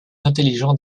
intelligent